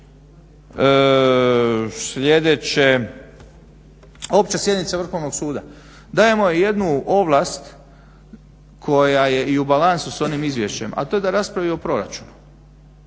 Sljedeće, opća sjednica Vrhovnog suda. Dajemo joj jednu ovlast koja je i u balansu s onim izvješćem, a to je da raspravi o proračunu.